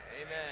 amen